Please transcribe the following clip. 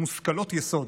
מושכלות יסוד: